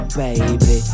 baby